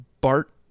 Bart